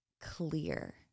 clear